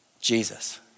Jesus